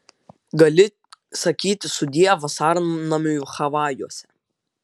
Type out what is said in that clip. gali sakyti sudie vasarnamiui havajuose